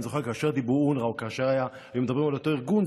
אני זוכר שכאשר דיברו על אונר"א או כאשר היו מדברים על אותו ארגון,